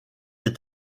est